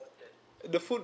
the food